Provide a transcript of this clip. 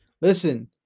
Listen